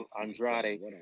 Andrade